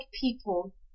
people